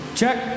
Check